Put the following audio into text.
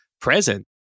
present